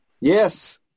Yes